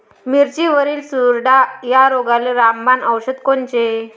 मिरचीवरील चुरडा या रोगाले रामबाण औषध कोनचे?